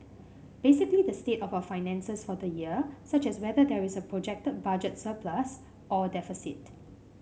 basically the state of our finances for the year such as whether there is a projected budget surplus or deficit